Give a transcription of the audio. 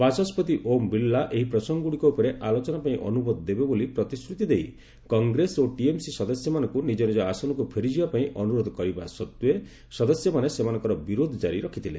ବାଚସ୍କତି ଓମ୍ ବିର୍ଲା ଏହି ପ୍ରସଙ୍ଗଗୁଡିକ ଉପରେ ଆଲୋଚନା ପାଇଁ ଅନୁମତି ଦେବେ ବୋଲି ପ୍ରତିଶ୍ରତି ଦେଇ କଂଗ୍ରେସ ଓ ଟିଏମ୍ସି ସଦସ୍ୟମାନଙ୍କୁ ନିଜ ନିଜ ଆସନକୁ ଫେରିଯିବା ପାଇଁ ଅନୁରୋଧ କରିବା ସତ୍ତ୍ୱେ ସଦସ୍ୟମାନେ ସେମାନଙ୍କର ବିରୋଧ ଜାରି ରଖିଥିଲେ